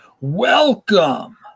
Welcome